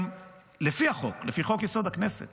גם לפי חוק-יסוד הכנסת